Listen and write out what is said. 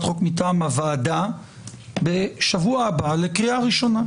חוק מטעם הוועדה בשבוע הבא לקריאה הראשונה?